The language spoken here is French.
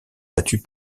battus